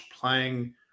playing